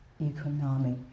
economic